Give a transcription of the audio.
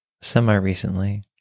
semi-recently